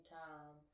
time